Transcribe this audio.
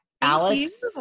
Alex